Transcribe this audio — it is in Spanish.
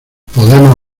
podemos